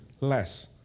less